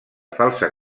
falsa